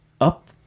up